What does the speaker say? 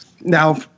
Now